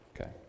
Okay